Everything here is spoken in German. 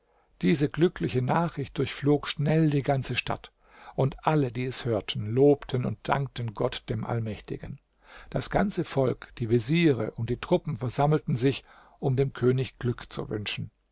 diese glückliche nachricht durchflog schnell die ganze stadt und alle die es hörten lobten und dankten gott dem allmächtigen das ganze volk die veziere und die truppen versammelten sich um dem könig glück zu wünschen